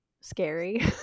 scary